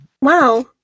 Wow